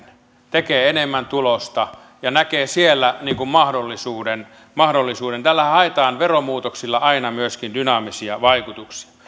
tekee enemmän tulosta ja näkee siellä mahdollisuuden mahdollisuuden veromuutoksillahan haetaan aina myöskin dynaamisia vaikutuksia